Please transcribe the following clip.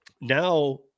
now